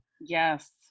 Yes